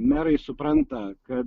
merai supranta kad